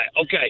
Okay